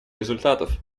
результатов